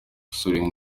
basore